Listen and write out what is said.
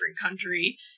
country